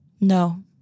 No